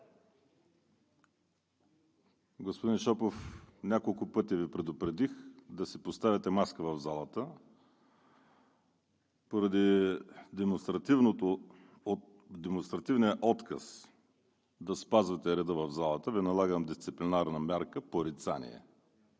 Господин Шопов, няколко пъти Ви предупредих да си поставяте маска в залата. Поради демонстративния отказ да спазвате реда в залата Ви налагам дисциплинарна мярка „порицание“.